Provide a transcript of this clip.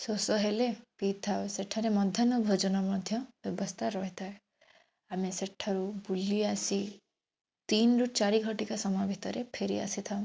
ଶୋଷ ହେଲେ ପିଇଥାଉ ସେଠାରେ ମଧ୍ୟାହ୍ନ ଭୋଜନ ମଧ୍ୟ ବ୍ୟବସ୍ଥା ରହିଥାଏ ଆମେ ସେଠାରୁ ବୁଲି ଆସି ତିନ ରୁ ଚାରି ଘଟିକା ସମୟ ଭିତରେ ଫେରି ଆସିଥାଉ